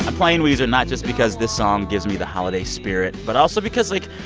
ah playing weezer not just because this song gives me the holiday spirit, but also because, like,